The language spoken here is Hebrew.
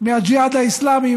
מהג'יהאד האסלאמי,